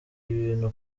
ibintu